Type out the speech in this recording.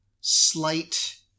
slight